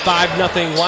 Five-nothing